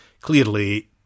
clearly